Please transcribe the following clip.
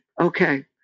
okay